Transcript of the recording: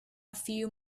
few